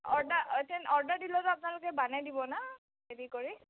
order order order দিলে আপ্নালোকে বানাই দিব না হেৰি কৰি